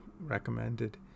recommended